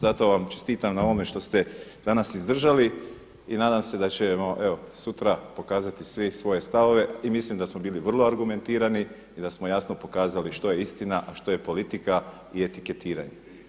Zato vam čestitam na ovome što ste danas izdržali i nadam se da ćemo sutra pokazati svi svoje stavove i mislim da smo bili vrlo argumentirani i da smo jasno pokazali što je istina, a što je politika i etiketiranje.